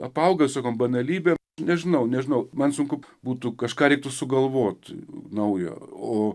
apaugę visokiom banalybėm nežinau nežinau man sunku būtų kažką reiktų sugalvot naujo o